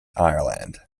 ireland